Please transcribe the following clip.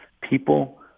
people